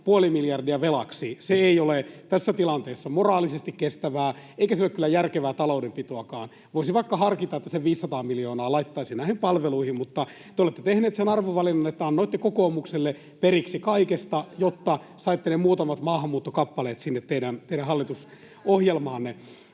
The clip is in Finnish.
puoli miljardia velaksi. Se ei ole tässä tilanteessa moraalisesti kestävää, eikä se ole kyllä järkevää taloudenpitoakaan — voisi vaikka harkita, että sen 500 miljoonaa laittaisi näihin palveluihin. Mutta te olette tehneet sen arvovalinnan, että annoitte kokoomukselle periksi kaikessa, jotta saitte ne muutamat maahanmuuttokappaleet sinne teidän hallitusohjelmaanne.